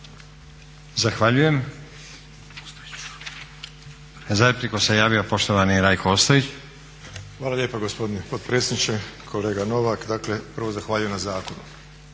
Zahvaljujem. Za repliku se javio poštovani Rajko Ostojić. **Ostojić, Rajko (SDP)** Hvala lijepa gospodine potpredsjedniče. Kolega Novak, dakle prvo zahvaljujem na zakonu,